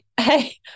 hey